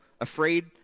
afraid